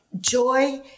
joy